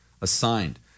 assigned